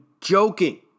joking